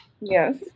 Yes